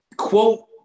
Quote